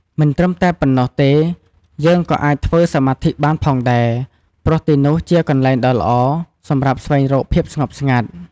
មិនត្រឹមតែប៉ុណ្ណោះទេយើងក៏អាចធ្វើសមាធិបានផងដែរ ព្រោះទីនោះជាកន្លែងដ៏ល្អសម្រាប់ស្វែងរកភាពស្ងប់ស្ងាត់ ។